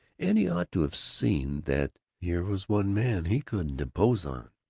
and he ought to have seen that here was one man he couldn't impose on,